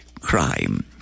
crime